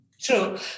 True